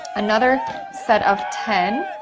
another set of ten.